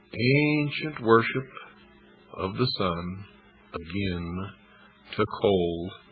ancient worship of the sun again took hold.